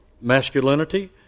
masculinity